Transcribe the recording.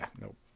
Nope